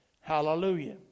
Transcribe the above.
Hallelujah